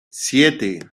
siete